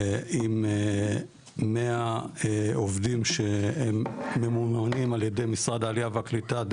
עם 100 עובדים שהם ממומנים על ידי משרד העלייה והקליטה,